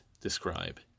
describe